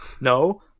No